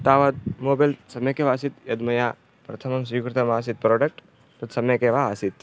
तावद् मोबैल् सम्यक् एव आसीत् यद् मया प्रथमं स्वीकृतम् आसीत् प्रोडक्ट् तत् सम्यगेव आसीत्